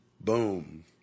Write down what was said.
Boom